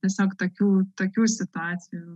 tiesiog tokių tokių situacijų